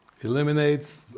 eliminates